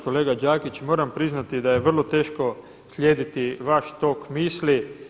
Kolega Đakić moram priznati da je vrlo teško slijediti vaš tok misli.